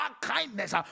kindness